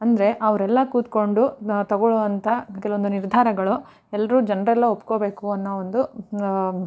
ಅಂದರೆ ಅವರೆಲ್ಲ ಕೂತ್ಕೊಂಡು ತಗೊಳುವಂಥ ಕೆಲವೊಂದು ನಿರ್ಧಾರಗಳು ಎಲ್ಲರೂ ಜನರೆಲ್ಲ ಒಪ್ಕೊಬೇಕು ಅನ್ನೋ ಒಂದು